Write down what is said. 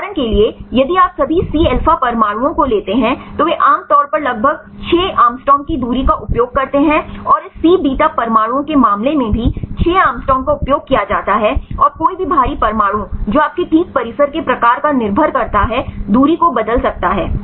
उदाहरण के लिए यदि आप अभी C अल्फा परमाणुओं को लेते हैं तो वे आम तौर पर लगभग 6 एंग्स्ट्रॉम की दूरी का उपयोग करते हैं और इस सी बीटा परमाणुओं के मामले में भी 6 एंग्स्ट्रॉम का उपयोग किया जाता है और कोई भी भारी परमाणु जो आपके ठीक परिसर के प्रकार पर निर्भर करता है दूरी को बदल सकता है